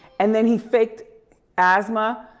and then he faked asthma,